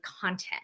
content